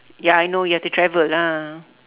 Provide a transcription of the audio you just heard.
ya I know you have to travel lah